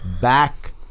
Back